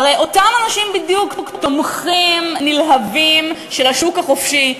הרי אותם אנשים בדיוק הם תומכים נלהבים של השוק החופשי.